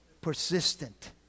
Persistent